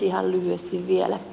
ihan lyhyesti vielä